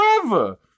forever